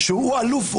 הוא האלוף,